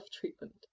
treatment